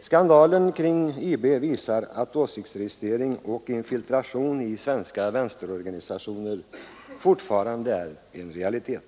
Skandalen kring IB-affären visar att åsiktsregistrering och infiltration i svenska vänsterorganisationer fortfarande är en realitet.